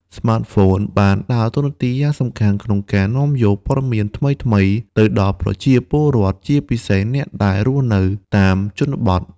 ស្មាតហ្វូនបានដើរតួនាទីយ៉ាងសំខាន់ក្នុងការនាំយក ព័ត៌មានថ្មីៗ ទៅដល់ប្រជាពលរដ្ឋ ជាពិសេសអ្នកដែលរស់នៅតាមជនបទ។